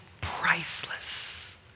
priceless